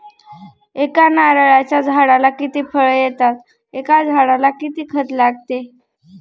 एका नारळाच्या झाडाला किती फळ येतात? एका झाडाला किती खत लागते?